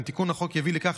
בעוצמתה,